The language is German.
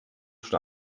schon